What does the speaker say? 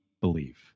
believe